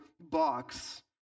box